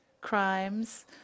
crimes